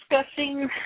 discussing